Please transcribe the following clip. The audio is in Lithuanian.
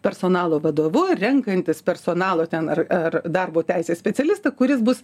personalo vadovu renkantis personalo ten ar ar darbo teisės specialistą kuris bus